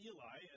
Eli